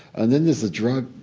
and then there's the drug,